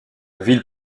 ville